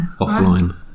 Offline